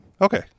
Okay